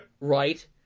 Right